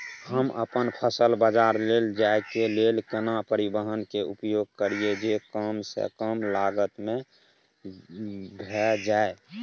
हम अपन फसल बाजार लैय जाय के लेल केना परिवहन के उपयोग करिये जे कम स कम लागत में भ जाय?